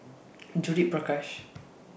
Judith Prakash